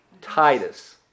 Titus